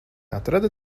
atrada